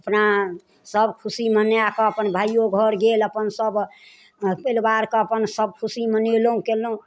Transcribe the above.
अपना सब खुशी मनाकऽ अपन भाइयो घर गेल अपन सब परिवारके अपन सब खुशी मनेलहुँ केलहुँ